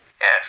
Yes